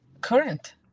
current